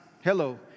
Hello